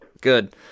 Good